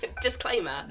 disclaimer